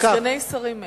לסגני שרים אין,